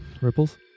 Ripples